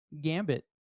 gambit